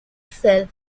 cell